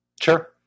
Sure